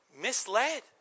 misled